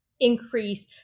increase